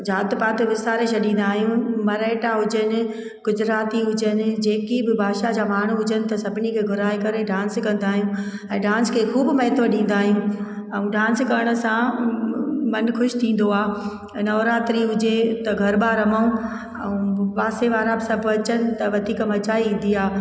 जात पात विसारे छॾींदा आहियूं मराठा हुजनि गुजराती हुजनि जेकी बि भाषा जा माण्हू हुजनि त सभिनी खे घुराए करे डांस कंदा आहियूं ऐं डांस खे खूब महत्व ॾींदा आहियूं ऐं डांस करण सां मनु ख़ुशि थींदो आहे ऐं नवरात्रि हुजे त गरबा रमऊं ऐं पासे वारा बि सभु अचनि त वधीक मजा ईंदी आहे